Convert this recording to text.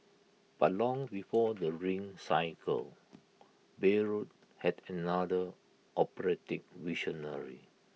but long before the ring Cycle Bayreuth had another operatic visionary